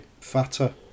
Fatter